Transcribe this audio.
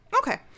Okay